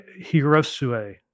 Hirosue